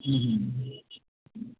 ହୁଁ ହୁଁ